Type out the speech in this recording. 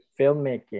filmmaking